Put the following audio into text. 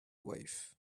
wife